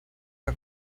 que